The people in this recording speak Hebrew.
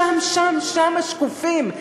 שם שם שם השקופים.